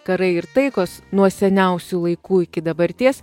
karai ir taikos nuo seniausių laikų iki dabarties